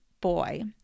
boy